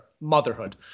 motherhood